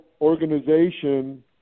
organization